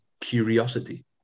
curiosity